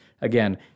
Again